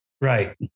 Right